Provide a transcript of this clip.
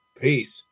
Peace